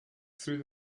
through